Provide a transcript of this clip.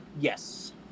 Yes